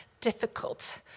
difficult